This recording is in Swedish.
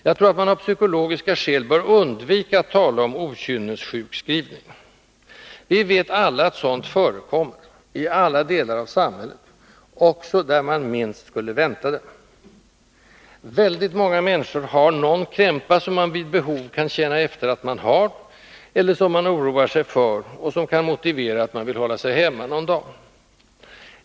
Jag tror att man av psykologiska skäl bör undvika att tala om ”okynnessjukskrivning”. Vi vet alla att sådant förekommer, i alla delar av samhället — också där man minst skulle vänta sig det. Väldigt många människor har någon krämpa, som man vid behov kan ”känna efter” att man har— eller som man oroar sig för — och som kan motivera att man vill hålla sig hemma någon dag.